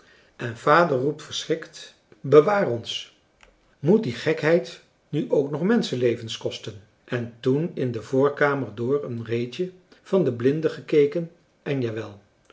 en vader roept verschrikt bewaar françois haverschmidt familie en kennissen ons moet die gekheid nu ook nog menschenlevens kosten en toen in de voorkamer door een reetje van de blinden gekeken en ja